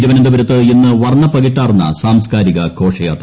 തിരുവനന്തപുരത്ത് ഇന്ന് വർണ്ണപ്പകിട്ടാർന്ന സാംസ്കാരിക ഘോഷയാത്ര